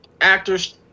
actor's